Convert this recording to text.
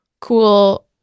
cool